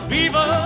Viva